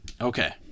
Okay